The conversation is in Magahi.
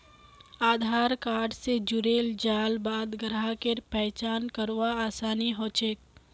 आधार कार्ड स जुड़ेल जाल बाद ग्राहकेर पहचान करवार आसानी ह छेक